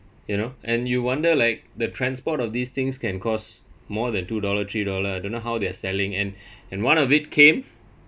you know and you wonder like the transport of these things can cost more than two dollar three dollar I don't know how they're selling and and one of it came